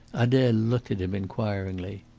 adele looked at him inquiringly.